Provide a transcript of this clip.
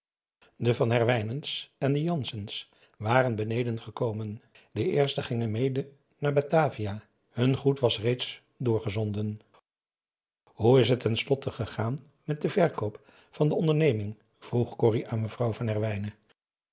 de van herwijnens en de jansens waren beneden gekomen de eersten gingen mede naar batavia hun goed was reeds doorgezonden hoe is het ten slotte gegaan met den verkoop van de onderneming vroeg corrie aan mevrouw van herwijnen